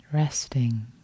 Resting